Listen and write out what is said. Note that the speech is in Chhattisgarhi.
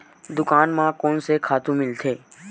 दुकान म कोन से खातु मिलथे?